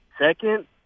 Second